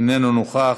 אינו נוכח.